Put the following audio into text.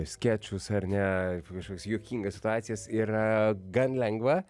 skečus ar ne kažkokias juokingas situacijas yra gan lengva